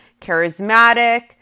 charismatic